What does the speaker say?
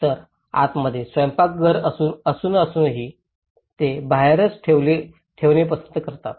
तर आतमध्ये स्वयंपाकघर असूनही असूनही ते बाहेरच ठेवणे पसंत करतात